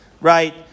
right